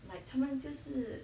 like 他们就是